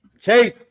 Chase